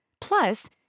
Plus